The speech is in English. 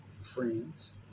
friends